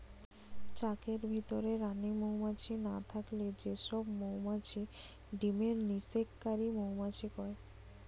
চাকের ভিতরে রানী মউমাছি না থাকলে যে সব মউমাছি ডিমের নিষেক কারি মউমাছি কয়